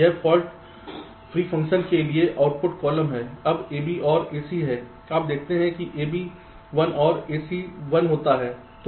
यह fault free function के लिए आउटपुट कॉलम है यह ab OR ac है आप देखते हैं जब ab 1 OR ac 1 होता है तो आउटपुट 1 होता है